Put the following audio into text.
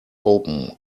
open